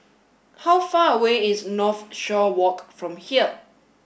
how far away is Northshore Walk from here